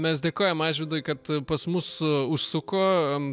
mes dėkojam mažvydui kad pas mus užsuko